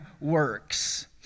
works